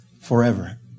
forever